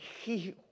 heal